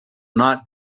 not